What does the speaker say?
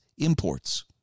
Imports